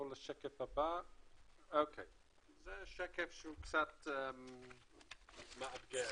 זה שקף שהוא קצת מארגן.